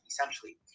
essentially